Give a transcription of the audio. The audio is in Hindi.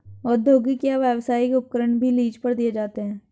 औद्योगिक या व्यावसायिक उपकरण भी लीज पर दिए जाते है